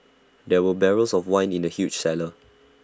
there were barrels of wine in the huge cellar